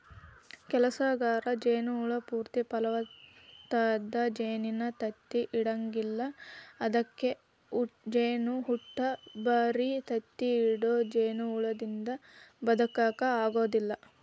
ಕೆಲಸಗಾರ ಜೇನ ಹುಳ ಪೂರ್ತಿ ಫಲವತ್ತಾದ ಜೇನಿನ ತತ್ತಿ ಇಡಂಗಿಲ್ಲ ಅದ್ಕ ಜೇನಹುಟ್ಟ ಬರಿ ತತ್ತಿ ಇಡೋ ಜೇನಹುಳದಿಂದ ಬದಕಾಕ ಆಗೋದಿಲ್ಲ